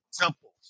temples